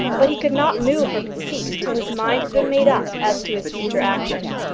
but he could not move from his seat till his mind had been made up as to his future action.